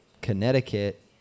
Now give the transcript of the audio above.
Connecticut